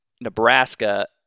Nebraska